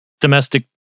domestic